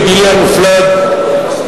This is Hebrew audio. בגילי המופלג,